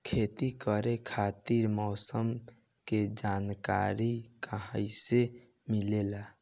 खेती करे खातिर मौसम के जानकारी कहाँसे मिलेला?